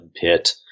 pit